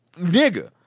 nigga